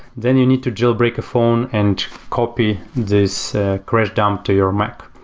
then you need to jailbreak a phone and copy this crash dump to your mac.